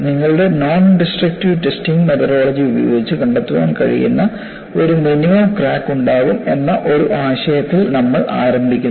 നിങ്ങളുടെ nondestructive testing methodology ഉപയോഗിച്ച് കണ്ടെത്താൻ കഴിയുന്ന ഒരു മിനിമം ക്രാക്ക് ഉണ്ടാകും എന്ന ഒരു ആശയത്തിൽ നമ്മൾ ആരംഭിക്കുന്നു